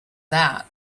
that